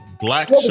Black